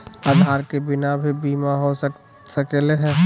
आधार के बिना भी बीमा हो सकले है?